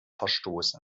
verstoßen